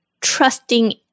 trusting